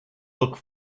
look